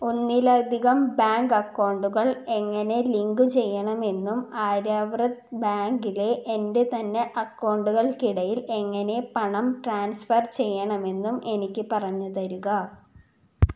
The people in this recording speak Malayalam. ഒന്നിലധികം ബാങ്ക് അക്കൗണ്ടുകൾ എങ്ങനെ ലിങ്കുചെയ്യണമെന്നും ആര്യവ്രത് ബാങ്കിലെ എൻ്റെ തന്നെ അക്കൗണ്ടുകൾക്കിടയിൽ എങ്ങനെ പണം ട്രാൻസ്ഫർ ചെയ്യണമെന്നും എനിക്ക് പറഞ്ഞുതരുക